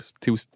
Two